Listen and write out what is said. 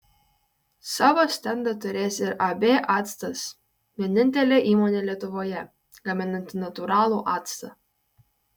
savo stendą turės ir ab actas vienintelė įmonė lietuvoje gaminanti natūralų actą